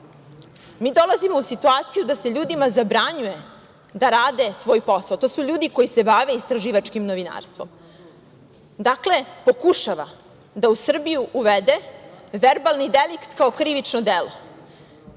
mi dolazimo u situaciju da se ljudima zabranjuje da rade svoj posao. To su ljudi koji se bave istraživačkim novinarstvom. Dakle, pokušava da u Srbiju uvede verbalni delikt kao krivično delo